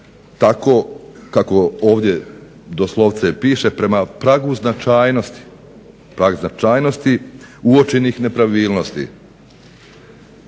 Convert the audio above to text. tako kako ovdje doslovce piše prema pragu značajnosti. Prag značajnosti uočenih nepravilnosti,